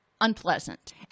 unpleasant